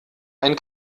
ein